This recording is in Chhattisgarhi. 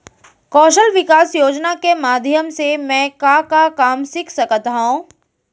कौशल विकास योजना के माधयम से मैं का का काम सीख सकत हव?